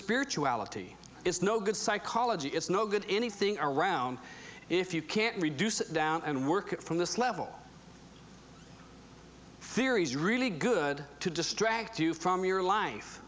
spirituality it's no good psychology it's no good anything around if you can't reduce it down and work it from this level theories really good to distract you from your life